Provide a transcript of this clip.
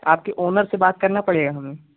आपके ओनर से बात करना पड़ेगा हमें